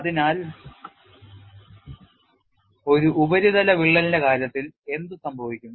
അതിനാൽ ഒരു ഉപരിതല വിള്ളലിന്റെ കാര്യത്തിൽ എന്ത് സംഭവിക്കും